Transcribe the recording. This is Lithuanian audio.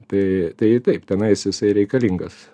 tai tai taip tenais jisai reikalingas